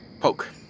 Poke